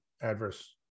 adverse